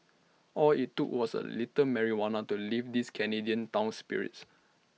all IT took was A little marijuana to lift this Canadian town's spirits